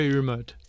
remote